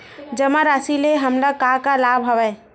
जमा राशि ले हमला का का लाभ हवय?